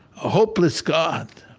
a hopeless god.